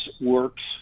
works